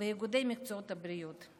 ואיגודי מקצועות הבריאות.